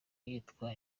yitwa